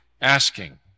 asking